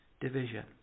division